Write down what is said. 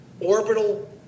orbital